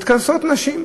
מתכנסות נשים,